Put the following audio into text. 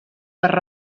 per